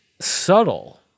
subtle